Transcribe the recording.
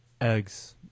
Eggs